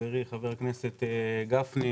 חברי חבר הכנסת גפני,